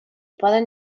poden